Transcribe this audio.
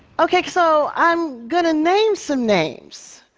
okay so i'm gonna name some names,